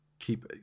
keep